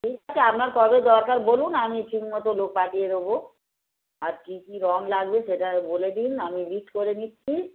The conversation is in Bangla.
ঠিক আছে আপনার কবে দরকার বলুন আমি ঠিক মতো লোক পাঠিয়ে দেবো আর কী কী রং লাগবে সেটা বলে দিন আমি লিস্ট করে নিচ্ছি